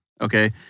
Okay